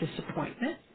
disappointment